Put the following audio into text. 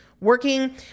working